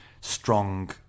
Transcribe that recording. strong